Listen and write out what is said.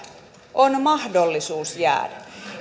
on mahdollisuus jäädä